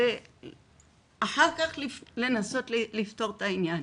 ואחר כך לנסות לפתור את העניין.